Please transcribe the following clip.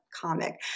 comic